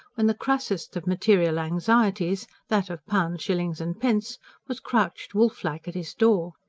when the crassest of material anxieties that of pounds, shillings and pence was crouched, wolf-like, at his door?